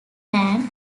man